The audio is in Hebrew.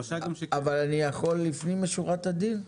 אבל אני יכול לפנים משורת הדין.